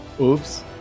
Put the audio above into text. Oops